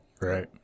Right